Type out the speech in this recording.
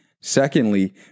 Secondly